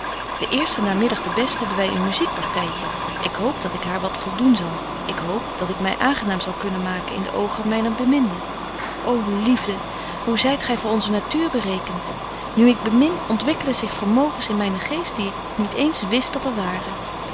eersten nadenmiddag den besten hebben wy een muziek partytje ik hoop dat ik haar wat voldoen zal ik hoop dat ik my aangenaam zal kunnen maken in de oogen myner beminde ô liefde hoe zyt gy voor onze natuur berekent nu ik bemin ontwikkelen zich vermogens in mynen geest die ik niet eens betje wolff en aagje deken historie van mejuffrouw sara burgerhart wist dat er waren